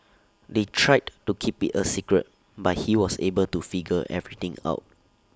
they tried to keep IT A secret but he was able to figure everything out